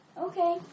Okay